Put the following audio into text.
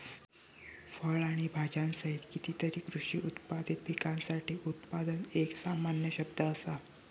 फळ आणि भाजीयांसहित कितीतरी कृषी उत्पादित पिकांसाठी उत्पादन एक सामान्य शब्द असा